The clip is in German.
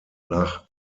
nach